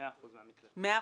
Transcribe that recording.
מאה אחוז מן המקלטים,